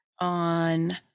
on